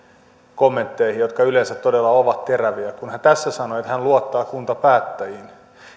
kommentteihin jotka yleensä todella ovat teräviä kun hän tässä sanoi että hän luottaa kuntapäättäjiin